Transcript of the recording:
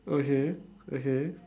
okay okay